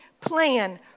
plan